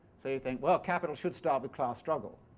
so you think well, capital should start with class struggle'.